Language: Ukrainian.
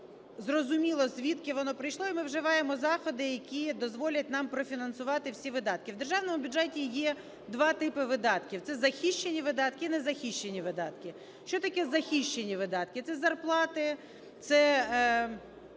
зрозуміло, звідки воно прийшло. І ми вживаємо заходи, які дозволять нам профінансувати всі видатки. В державному бюджеті є два типи видатків – це захищені видатки і незахищені видатки. Що таке захищені видатки? Це зарплати, це